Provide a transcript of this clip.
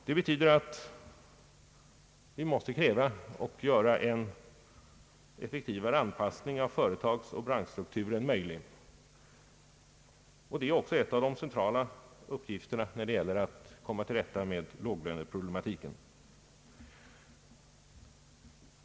Det betyder att vi måste kräva en effektivare anpassning av företagsoch branschstrukturen, och detta är också en av de centrala uppgifterna när det gäller att komma till rätta med låglöneproblematiken.